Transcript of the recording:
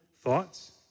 thoughts